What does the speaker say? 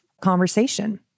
conversation